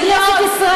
חסר תרבות.